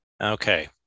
Okay